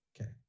Okay